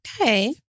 okay